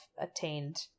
attained